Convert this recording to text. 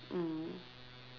mm